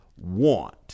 want